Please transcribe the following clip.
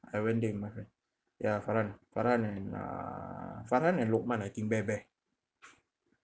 I went there with my friend ya farhan farhan and uh farhan and lokman I think bare bare